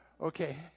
okay